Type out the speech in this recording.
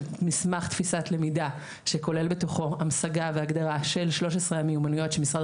של מסמך תפיסת למידה שכולל בתוכו המשגה והגדרה של 13 המיומנויות שמשרד